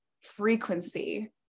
frequency